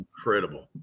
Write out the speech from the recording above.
incredible